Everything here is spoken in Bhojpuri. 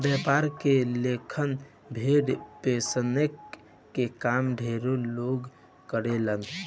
व्यापार के लेखन भेड़ पोसके के काम ढेरे लोग करेला